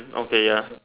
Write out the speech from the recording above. okay ya